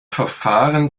verfahren